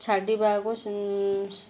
ଛାଡ଼ିବାକୁ